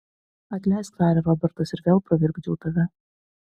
atleisk tarė robertas ir vėl pravirkdžiau tave